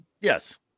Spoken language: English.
Yes